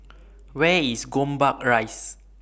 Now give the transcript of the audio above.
Where IS Gombak Rise